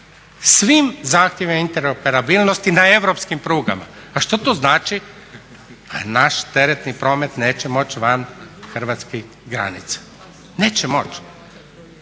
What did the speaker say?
svim zahtjevima interoperabilnosti na europskim prugama. A što to znači? Da naš teretni promet neće moći van hrvatskih granica. Trošimo